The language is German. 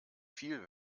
viel